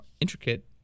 intricate